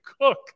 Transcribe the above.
cook